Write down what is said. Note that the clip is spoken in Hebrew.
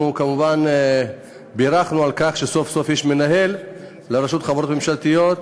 אנחנו כמובן בירכנו על כך שסוף-סוף יש מנהל לרשות החברות הממשלתיות,